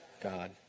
God